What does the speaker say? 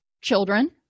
children